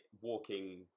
walking